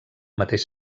mateix